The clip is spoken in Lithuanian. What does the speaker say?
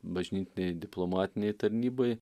bažnytėlėj diplomatinėj tarnyboj